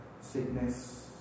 sickness